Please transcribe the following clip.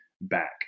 back